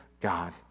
God